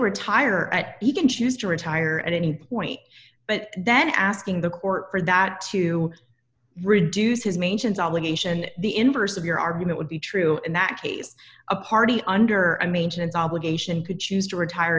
retire at he can choose to retire at any point but then asking the court for that to reduce his maintenance obligation the inverse of your argument would be true in that case a party under a maintenance obligation could choose to retire